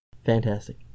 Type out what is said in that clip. Fantastic